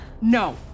No